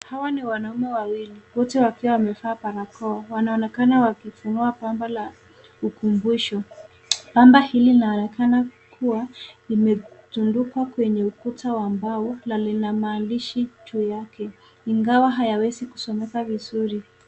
Hawa ni wanaume wawili , wote wakiwa wamevaa barakoa . Wanaonekana wakifunua pamba la ukumbusho. Pamba hili linaonekana kuwa limetundikwa kwenye ukuta wa mbao na lina maandishi juu yake , ingawa hayawezi kusomeka vizuri.